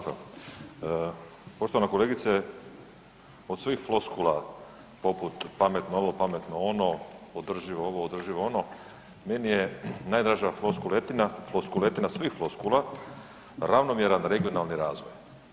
Poštovana kolegice od svih floskula poput pametno ovo, pametno ono, održivo ovo, održivo ono meni je najdraža floskuletina, floskuletina svih floskula ravnomjeran regionalni razvoj.